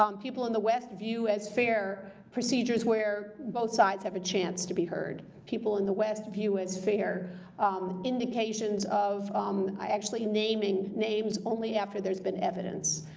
um people in the west view as fair procedures where both sides have a chance to be heard, people in the west view as fair indications of actually naming names only after there's been evidence,